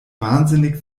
wahnsinnig